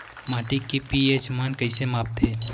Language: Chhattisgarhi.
माटी के पी.एच मान कइसे मापथे?